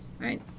right